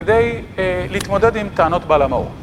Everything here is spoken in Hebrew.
כדי להתמודד עם טענות בעל המאור.